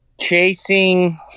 chasing